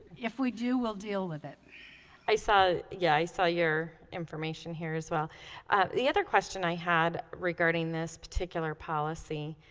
if we do we'll deal with it i saw yeah i saw your information here as well the other question. i had regarding this particular policy